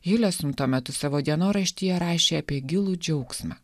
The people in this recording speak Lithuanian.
hilesum tuo metu savo dienoraštyje rašė apie gilų džiaugsmą